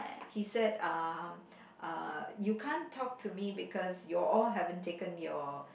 he said um uh you can't talk to me because you all haven't taken your